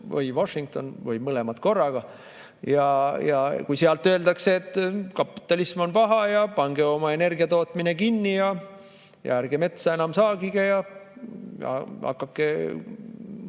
või Washington või mõlemad korraga. Kui sealt öeldakse, et kapitalism on paha ja pange oma energiatootmine kinni ja ärge enam metsa saagige ja